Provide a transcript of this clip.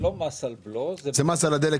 זה לא מס על בלו --- זה מס על הדלק,